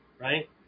right